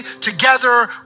together